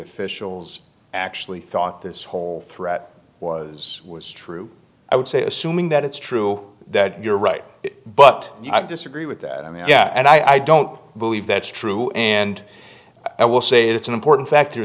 officials actually thought this whole threat was was true i would say assuming that it's true that you're right but i disagree with that i mean yeah and i don't believe that's true and i will say it's an important factor